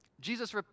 Jesus